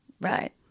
Right